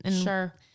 Sure